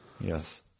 Yes